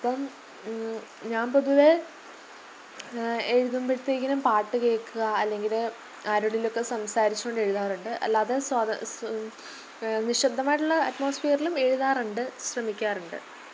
ഇപ്പം ഞാൻ പൊതുവെ എഴുതുമ്പത്തേക്കിന് പാട്ട് കേൾക്കുക അല്ലെങ്കിൽ ആരോടേലും ഒക്കെ സംസാരിച്ചുകൊണ്ട് എഴുതാറുണ്ട് അല്ലാതെ സത സ് നിശബ്ദമായിട്ടുള്ള അറ്റ്മോസ്ഫിയറിലും എഴുതാറുണ്ട് ശ്രമിക്കാറുണ്ട്